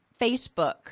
Facebook